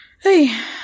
Hey